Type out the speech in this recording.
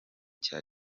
cya